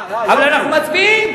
אבל אנחנו מצביעים.